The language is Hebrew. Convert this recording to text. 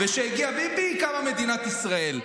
וכשהגיע ביבי, קמה מדינת ישראל.